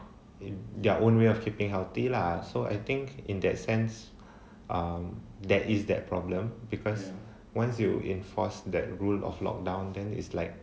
in their own way of keeping healthy lah so I think in that sense err that is that problem because once you enforce that rule of lockdown then it's like